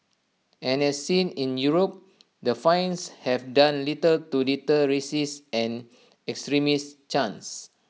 and as seen in Europe the fines have done little to deter racist and extremist chants